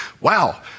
wow